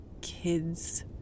kids